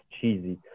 cheesy